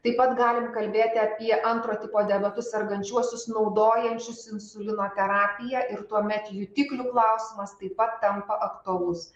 taip pat galim kalbėti apie antro tipo diabetu sergančiuosius naudojančius insulino terapiją ir tuomet jutiklių klausimas taip pat tampa aktualus